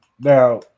Now